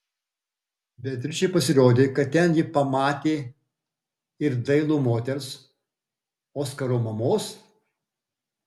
beatričei pasirodė kad ten ji pamatė ir dailų moters oskaro mamos